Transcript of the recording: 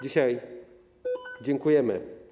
Dzisiaj dziękujemy.